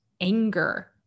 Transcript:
anger